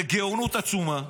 בגאונות עצומה?